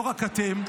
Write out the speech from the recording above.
לא רק אתם,